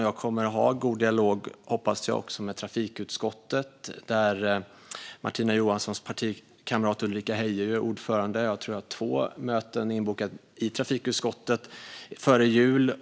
Jag hoppas att jag kommer att ha en god dialog med trafikutskottet, där Martina Johanssons partikamrat Ulrika Heie är ordförande. Jag tror att jag har två möten inbokade i trafikutskottet före jul.